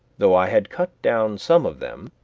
though i had cut down some of them,